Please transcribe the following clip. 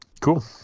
Cool